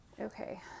Okay